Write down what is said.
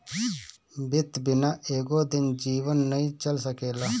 वित्त बिना एको दिन जीवन नाइ चल सकेला